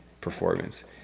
performance